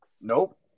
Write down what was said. Nope